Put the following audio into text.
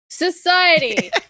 Society